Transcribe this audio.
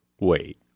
Wait